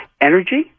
Energy